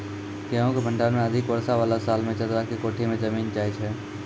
गेहूँ के भंडारण मे अधिक वर्षा वाला साल मे चदरा के कोठी मे जमीन जाय छैय?